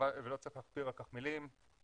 ולא צריך להכביר על כך מילים.